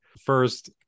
First